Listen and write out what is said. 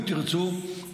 אם תרצו,